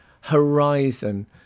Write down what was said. horizon